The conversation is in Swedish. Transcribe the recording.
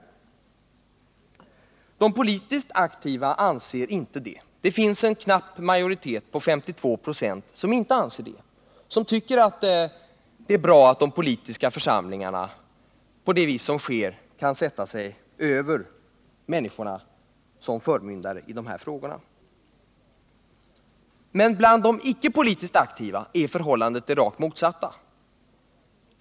Bland de politiskt aktiva finns det en knapp majoritet, 52 26, som inte anser det utan tycker att det är bra att de politiska församlingarna på det vis som sker kan sätta sig över människorna som förmyndare i de frågorna. Men bland de icke politiskt aktiva är förhållandet det rakt motsatta.